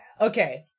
okay